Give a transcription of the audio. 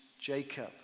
Jacob